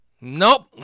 Nope